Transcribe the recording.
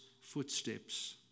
footsteps